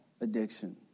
addiction